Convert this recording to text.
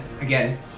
again